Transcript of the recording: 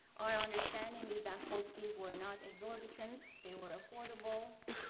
our understanding is that court fees were not exorbitant. they were affordable.